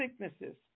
sicknesses